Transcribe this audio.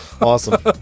Awesome